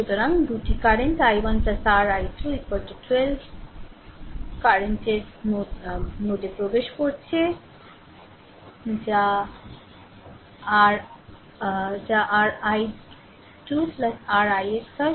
সুতরাং 2 current i1 r 12 2 নোডে প্রবেশ করছে যা r i 2 r ix হয়